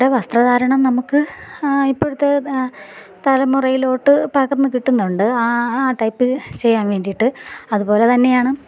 അവരുടെ വസ്ത്രധാരണം നമുക്ക് ഇപ്പൊഴത്തെ തലമുറയിലോട്ട് പകർന്ന് കിട്ടുന്നുണ്ട് ആ ആ ടൈപ്പ് ചെയ്യാൻ വേണ്ടിയിട്ട് അതുപോലെത്തന്നെയാണ്